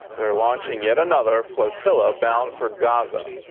they're launching yet another flotilla bound for gaza.